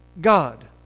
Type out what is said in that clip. God